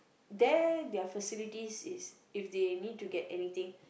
there their facilities is if they need to get anything